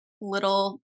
little